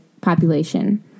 population